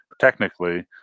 technically